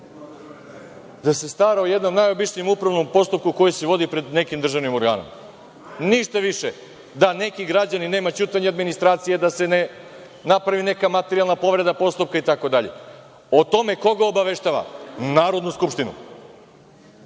Da se stara o jednom najobičnijem upravnom postupku koji se vodi pred nekim državnim organom, ništa više, da nema ćutanja administracije, da se ne napravi neka materijalna povreda postupka, itd, o tome koga obaveštava – Narodnu skupštinu. Da